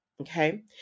Okay